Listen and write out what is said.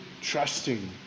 trusting